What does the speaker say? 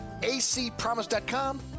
acpromise.com